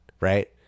Right